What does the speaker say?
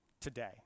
today